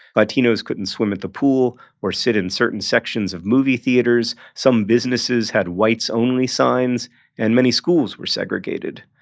latinos couldn't swim at the pool or sit in certain sections of movie theaters. some businesses had whites only signs and many schools were segregated.